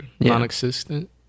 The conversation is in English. non-existent